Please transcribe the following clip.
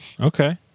Okay